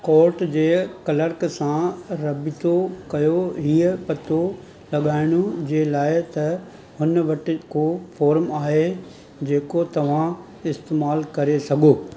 कोट जे क्लर्क सां राबितो कयो हीउ पतो लॻाइण जे लाइ त हुन वटि को फोर्म आहे जेको तव्हां इस्तेमालु करे सघो